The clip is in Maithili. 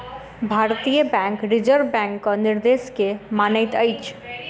भारतीय बैंक रिजर्व बैंकक निर्देश के मानैत अछि